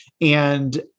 and-